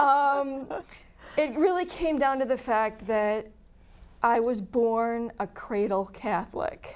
this it really came down to the fact that i was born a cradle catholic